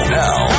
now